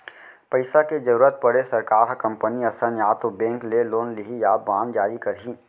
पइसा के जरुरत पड़े सरकार ह कंपनी असन या तो बेंक ले लोन लिही या बांड जारी करही